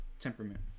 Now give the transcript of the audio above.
temperament